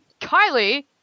Kylie